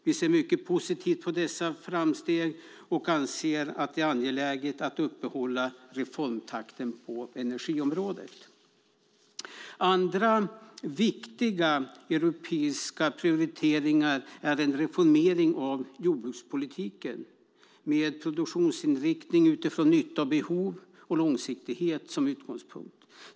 Vi ser mycket positivt på dessa framsteg och anser att det är angeläget att hålla uppe reformtakten på energiområdet. En annan viktig europeisk prioritering är en reformering av jordbrukspolitiken med produktionsinriktning utifrån nytta och behov och långsiktighet som utgångspunkt.